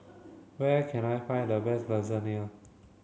where can I find the best Lasagne